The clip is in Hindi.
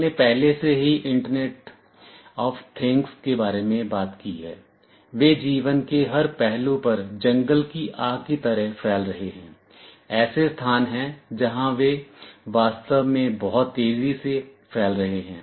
हमने पहले से ही इंटरनेट ऑफ थिंग्स के बारे में बात की है वे जीवन के हर पहलू पर जंगल की आग की तरह फैल रहे हैं ऐसे स्थान हैं जहां वे वास्तव में बहुत तेजी से फैल रहे हैं